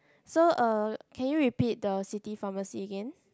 so uh can you repeat the city pharmacy again